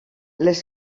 les